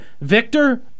Victor